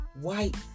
white